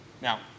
Now